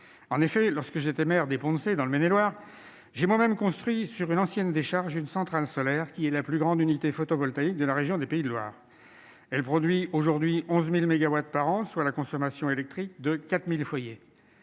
à l'époque où j'étais maire des Ponts-de-Cé. J'ai en effet moi-même fait construire sur une ancienne décharge une centrale solaire, qui est la plus grande unité photovoltaïque de la région des Pays de la Loire : elle produit aujourd'hui 11 000 mégawatts par an, soit la consommation électrique de 4 000 foyers.